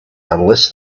unless